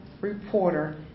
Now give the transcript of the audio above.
reporter